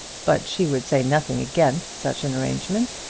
but she would say nothing against such an arrangement.